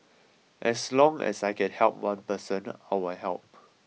as long as I can help one person I will help